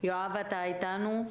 האם אתה איתנו?